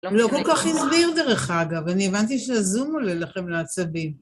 הוא לא כל כך הסביר דרך אגב, אני הבנתי שהזום עולה לכם לעצבים.